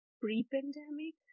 pre-pandemic